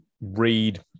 read